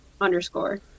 underscore